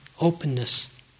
openness